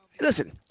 listen